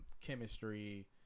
chemistry